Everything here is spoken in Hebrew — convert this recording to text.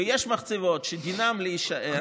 ויש מחצבות שדינן להישאר.